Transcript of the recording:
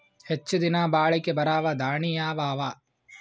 ಹೆಚ್ಚ ದಿನಾ ಬಾಳಿಕೆ ಬರಾವ ದಾಣಿಯಾವ ಅವಾ?